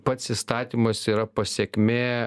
pats įstatymas yra pasekmė